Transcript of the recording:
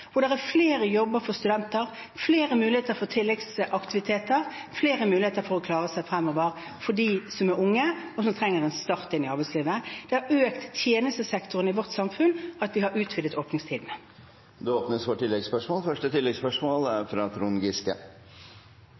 flere jobber for studenter, flere muligheter til tilleggsaktiviteter, flere muligheter til å klare seg fremover for de som er unge, og som trenger en start inn i arbeidslivet. Det har økt tjenestesektoren i vårt samfunn at vi har utvidet åpningstidene. Det blir oppfølgingsspørsmål – først Trond Giske.